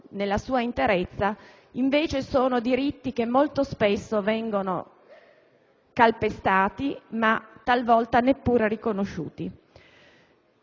nella sua interezza, vediamo che invece molto spesso vengono calpestati, talvolta neppure riconosciuti.